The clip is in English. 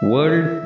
World